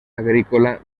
agrícola